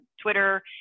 Twitter